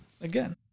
Again